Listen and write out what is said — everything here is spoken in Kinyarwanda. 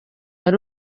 ari